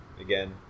Again